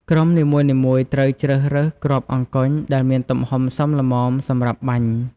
ក្រុមនីមួយៗត្រូវជ្រើសរើសគ្រាប់អង្គញ់ដែលមានទំហំសមល្មមសម្រាប់បាញ់។